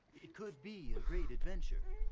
it could be a great adventure.